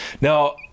Now